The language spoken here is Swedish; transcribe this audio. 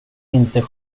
inte